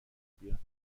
بیاد